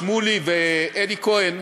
שמולי ואלי כהן,